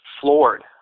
floored